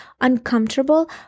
uncomfortable